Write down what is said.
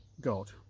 God